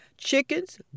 chickens